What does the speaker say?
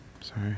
sorry